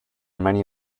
many